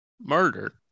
Murder